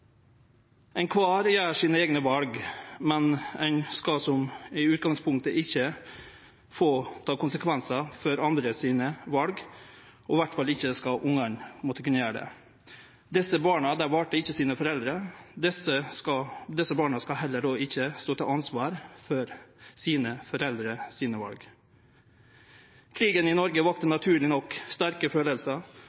gjer sine eigne val, men ein skal i utgangspunktet ikkje ta konsekvensane av vala andre gjer, og iallfall skal ikkje ungane måtte gjere det. Desse barna valde ikkje foreldra sine, og desse barna skal heller ikkje stå til ansvar for foreldra sine val. Krigen i Noreg